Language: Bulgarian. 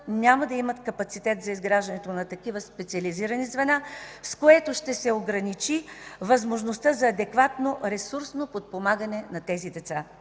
няма да имат капацитет за изграждането на такива специализирани звена, с което ще се ограничи възможността за адекватно ресурсно подпомагане на тези деца.